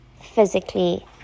physically